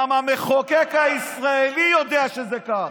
גם המחוקק הישראלי יודע שזה כך.